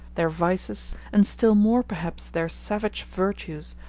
their vices, and still more perhaps their savage virtues,